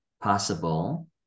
possible